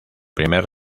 primer